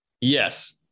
Yes